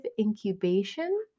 incubation